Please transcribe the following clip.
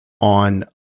On